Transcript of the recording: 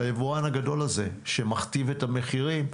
והיבואן הגדול הזה שמכתיב את המחירים,